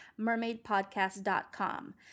mermaidpodcast.com